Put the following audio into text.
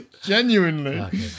Genuinely